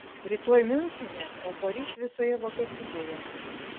rytoj miunchene o poryt visoje vokietijoje